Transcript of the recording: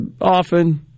often